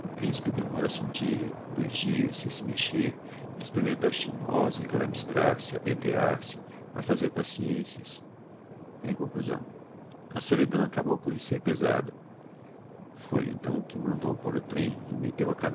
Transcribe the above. o principe demóra se um dia dois dias sem se mexer a experimentar chinós a encalamistrar se a pentear se a fazer paciencias em conclusão a solidão acabou por lhe ser pesada foi então que mandou pôr o trem e metteu